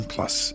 Plus